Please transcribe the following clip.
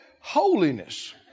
holiness